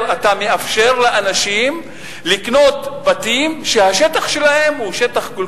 אתה מאפשר לאנשים לקנות בתים שהשטח שלהם הוא שטח כל